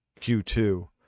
Q2